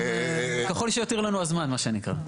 ככל שיותיר לנו הזמן מה שנקרא.